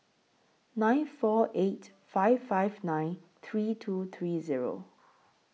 nine four eight five five nine three two three Zero